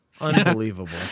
Unbelievable